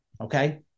Okay